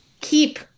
keep